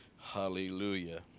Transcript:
hallelujah